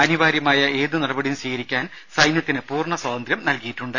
അനിവാര്യമായ ഏതു നടപടിയും സ്വീകരിക്കാൻ സൈന്യത്തിന് പൂർണ്ണ സ്വാതന്ത്ര്യം നൽകിയിട്ടുണ്ട്